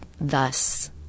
thus